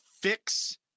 fix